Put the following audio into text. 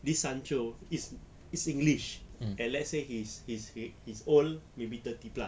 this sancho is is english and let's say his his his old maybe thirty plus